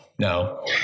No